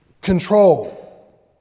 control